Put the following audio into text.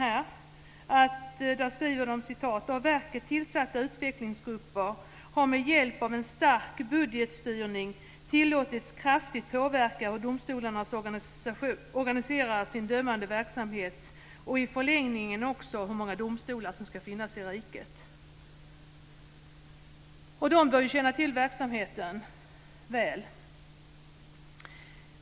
Man skriver: "Av verket tillsatta utvecklingsgrupper har med hjälp av en stark budgetstyrning tillåtits kraftigt påverka hur domstolarna organiserar sin dömande verksamhet och i förlängningen också hur många domstolar som skall finnas i riket." Sveriges Domareförbund bör ju känna till verksamheten väl.